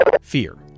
Fear